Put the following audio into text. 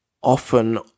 often